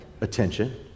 attention